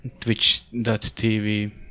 twitch.tv